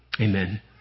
Amen